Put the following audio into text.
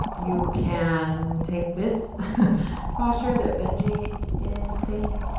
you can take this posture that benji is taking.